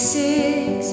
six